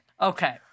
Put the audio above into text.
Okay